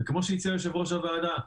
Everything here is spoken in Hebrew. כמו שהציע יושב-ראש הוועדה,